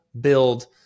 build